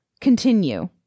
continue